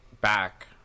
back